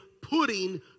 putting